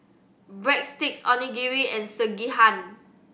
Breadsticks Onigiri and Sekihan